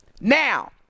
now